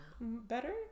better